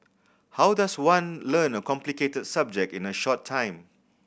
how does one learn a complicated subject in a short time